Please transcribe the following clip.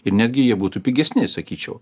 ir netgi jie būtų pigesni sakyčiau